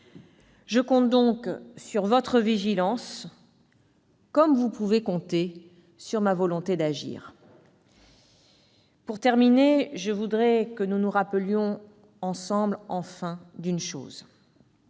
Je compte donc sur votre vigilance, comme vous pouvez compter sur ma volonté d'agir. Pour terminer, je voudrais que nous nous rappelions une chose.